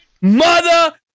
mother